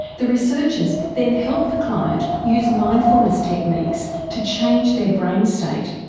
the researchers then help the client use mindfulness techniques to change their brain state.